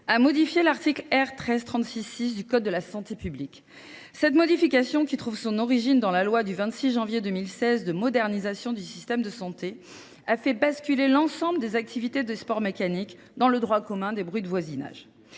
a modifié l'article R13366 du Code de la santé publique. Cette modification, qui trouve son origine dans la loi du 26 janvier 2016 de modernisation du système de santé, a fait basculer l'ensemble des activités de sport mécanique dans le droit commun des bruits de voisinage.